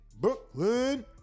Brooklyn